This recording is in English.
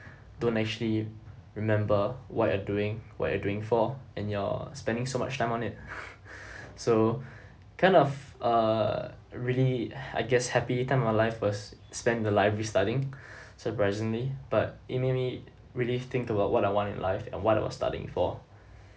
don't actually remember what you're doing what you're doing for and you're spending so much time on it so kind of err really I guess happy time of my life was spent in the library studying surprisingly but it made me really think about what I want in life and what I was studying for